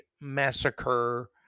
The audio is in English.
Massacre